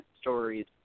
stories